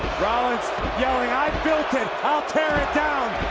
rollins yelling i built it, i'll tear it down,